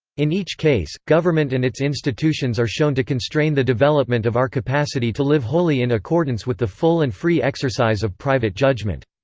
in each case, government and its institutions are shown to constrain the development of our capacity to live wholly in accordance with the full and free exercise of private judgement.